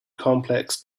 complex